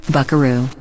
Buckaroo